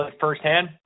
firsthand